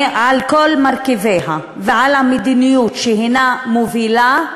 על כל מרכיביה ועל המדיניות שהיא מובילה,